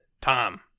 Tom